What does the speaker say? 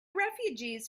refugees